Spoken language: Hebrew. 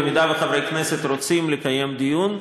במידה וחברי הכנסת רוצים לקיים דיון.